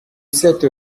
cette